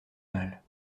mâles